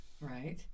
right